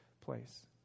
place